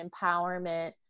empowerment